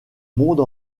monde